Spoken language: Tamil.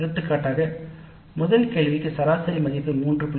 எடுத்துக்காட்டாக முதல் கேள்விக்கு சராசரி மதிப்பு 3